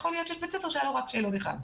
יכול להיות שיש בית ספר שהיה בו רק שאלון אחד.